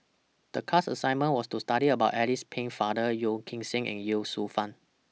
The class assignment was to study about Alice Pennefather Yeo Kim Seng and Ye Shufang